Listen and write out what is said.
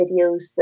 videos